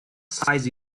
size